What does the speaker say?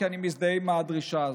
כי אני מזדהה עם הדרישה הזו.